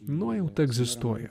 nuojauta egzistuoja